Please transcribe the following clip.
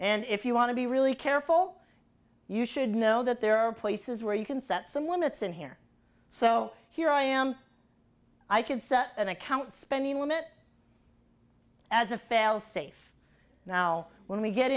and if you want to be really careful you should know that there are places where you can set some limits and here so here i am i could set an account spending limit as a fail safe now when we get